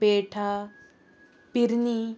पेठा पिर्नी